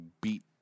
beat